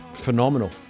phenomenal